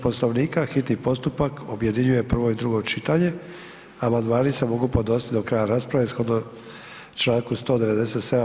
Poslovnika hitni postupak objedinjuje prvo i drugo čitanje, a amandmani se mogu podnositi do kraja rasprave, sukladno čl. 197.